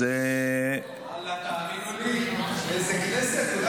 תאמינו לי, איזה כנסת.